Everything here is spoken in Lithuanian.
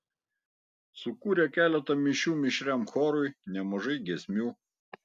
sukūrė keletą mišių mišriam chorui nemažai giesmių